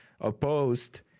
opposed